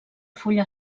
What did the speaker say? fulla